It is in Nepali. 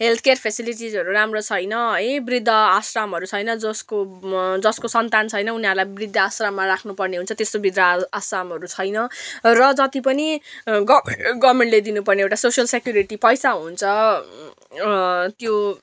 हेल्थ केयर फेसिलिटिजहरू राम्रो छैन है बृद्ध आश्रामहरू छैन जसको जसको सन्तान छैन उनीहरूलाई बृद्ध आश्राममा राख्नु पर्ने हुन्छ त्यस्तो बृद्ध आश्रामहरू छैन र जति पनि ग गभर्मेन्टले दिनु पर्ने एउटा सोसियल सेक्युरिटी पैसा हुन्छ त्यो